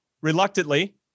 reluctantly